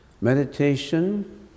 Meditation